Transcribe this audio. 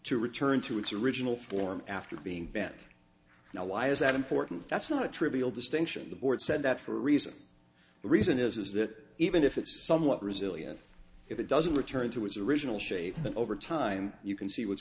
to return to its original form after being bet now why is that important that's not a trivial distinction the board said that for a reason the reason is that even if it's somewhat resilient if it doesn't return to its original shape over time you can see what's